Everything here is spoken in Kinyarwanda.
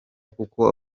kuko